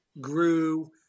grew